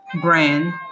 brand